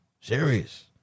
Serious